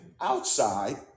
outside